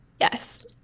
Yes